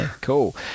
Cool